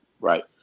right